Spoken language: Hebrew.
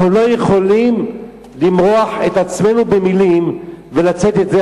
אנחנו לא יכולים למרוח את עצמנו במלים ולצאת ידי